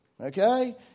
Okay